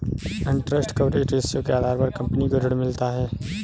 interest coverage ratio के आधार पर कंपनी को ऋण मिलता है